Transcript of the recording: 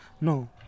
No